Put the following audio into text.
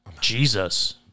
Jesus